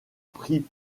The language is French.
pris